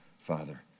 Father